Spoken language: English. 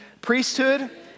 Priesthood